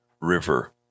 River